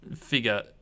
figure